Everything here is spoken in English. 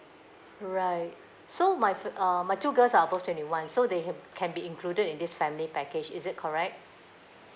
right so my f~ uh my two girls are both twenty one so they ha~ can be included in this family package is it correct